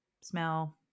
Smell